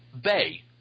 Bay